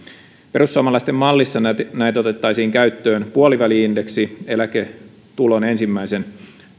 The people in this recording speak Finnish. perussuomalaisten mallissa näet otettaisiin käyttöön puoliväli indeksi eläketulon ensimmäisen